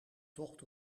tocht